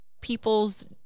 people's